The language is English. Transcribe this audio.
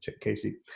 Casey